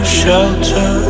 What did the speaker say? shelter